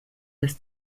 des